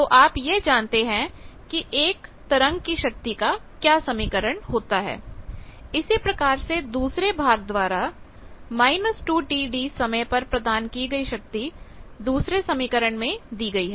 तो आप यह जानते हैं की एक तरंग की शक्ति का क्या समीकरण होता है इसी प्रकार से दूसरे भाग द्वारा t −2TD समय पर प्रदान की गई शक्ति दूसरे समीकरण में दी गई है